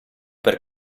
per